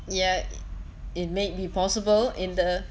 yeah it it may be possible in the